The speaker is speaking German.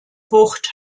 bucht